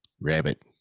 Rabbit